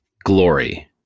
glory